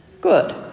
Good